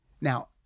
Now